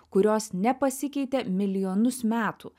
kurios nepasikeitė milijonus metų